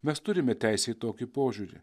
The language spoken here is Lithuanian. mes turime teisę į tokį požiūrį